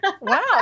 Wow